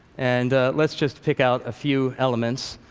and let's just pick out a few elements.